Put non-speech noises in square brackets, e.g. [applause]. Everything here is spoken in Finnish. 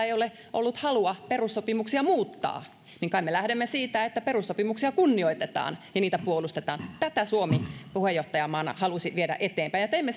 [unintelligible] ei ole ollut halua perussopimuksia muuttaa niin kai me lähdemme siitä että perussopimuksia kunnioitetaan ja niitä puolustetaan tätä suomi puheenjohtajamaana halusi viedä eteenpäin ja teimme [unintelligible]